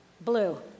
Blue